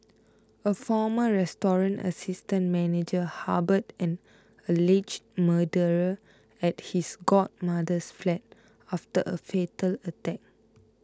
a former restaurant assistant manager harboured an alleged murderer at his godmother's flat after a fatal attack